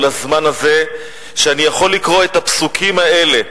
לזמן הזה שאני יכול לקרוא את הפסוקים האלה,